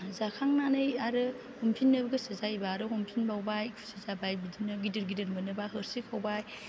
जाखांनानै आरो हमफिन्नो गोसो जायोबा हमफिनबावबाय खुसि जाबाय बिदिनो गिदिर गिदिर मोनोबा हस्रिखावबाय